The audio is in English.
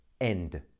End